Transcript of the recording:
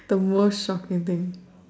the most shocking thing